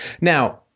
Now